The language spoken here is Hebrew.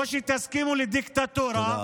או שתסכימו לדיקטטורה, תסכימו